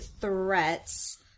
threats